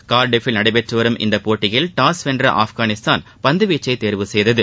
Cardiff ல் நடைபெற்று வரும் இப்போட்டியில் டாஸ் வென்ற ஆப்கானிஸ்தான் பந்துவீச்சை தேர்வு செய்தது